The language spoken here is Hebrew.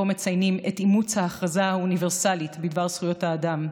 שבו מציינים את אימוץ ההכרזה האוניברסלית בדבר זכויות האדם,